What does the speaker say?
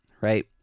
right